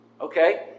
Okay